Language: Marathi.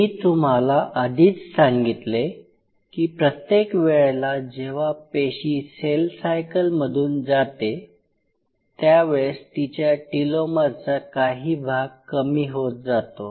मी तुम्हाला आधीच सांगितले की प्रत्येक वेळेला जेव्हा पेशी सेल सायकलमधून जाते त्यावेळेस तिच्या टिलोमरचा काही भाग कमी होत जातो